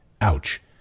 Ouch